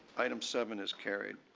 item seven is carried.